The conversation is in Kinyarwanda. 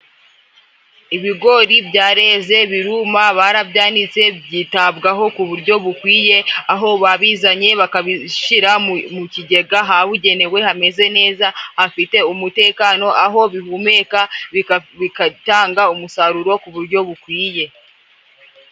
Ibigori byareze biruma, barabyanitse, byitabwaho ku buryo bukwiye, aho babizanye bakabishira mu kigega ahabugenewe hameze neza, hafite umutekano, aho bihumeka bigatanga umusaruro ku buryo bukwiye.